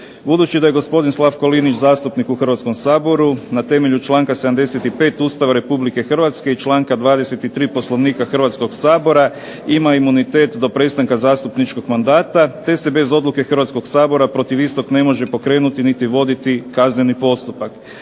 Budući da je gospodin Slavko Linić zastupnik u Hrvatskom saboru na temelju članka 75. Ustava Republike Hrvatske i članka 23. Poslovnika Hrvatskog sabora ima imunitet do prestanka zastupničkog mandata te se bez odluke Hrvatskoga sabora protiv istog ne može pokrenuti niti voditi kazneni postupak.